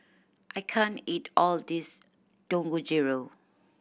I can't eat all of this Dangojiru